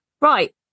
Right